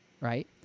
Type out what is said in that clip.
Right